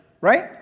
right